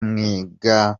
mwiga